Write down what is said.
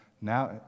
now